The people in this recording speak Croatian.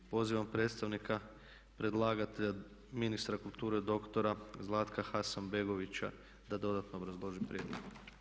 Pozivam predstavnika predlagatelja, ministra kulture doktora Zlatka Hasanbegovića da dodatno obrazloži prijedlog.